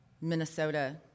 Minnesota